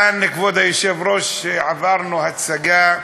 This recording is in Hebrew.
כאן, כבוד היושב-ראש, עברנו הצגה,